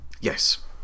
Yes